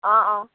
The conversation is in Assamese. অঁ অঁ